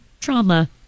trauma